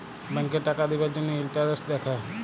ব্যাংকে টাকা দিবার জ্যনহে ইলটারেস্ট দ্যাখে